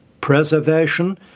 preservation